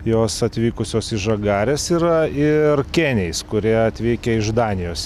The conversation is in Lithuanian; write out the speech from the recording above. jos atvykusios iš žagarės yra ir kėniais kurie atvykę iš danijos